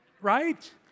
Right